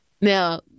Now